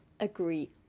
agree